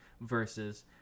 versus